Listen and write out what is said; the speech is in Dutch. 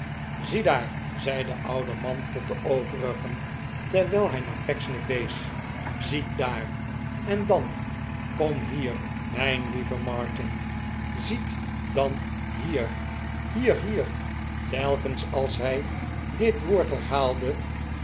daarl zei de oude man tot de overigen terwijl hij naar pecksniff wees ziet daar en dan kom hier mijn lieve martin ziet dan hier hier hier telkens als hij dit woord herhaalde